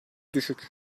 düşük